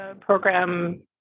program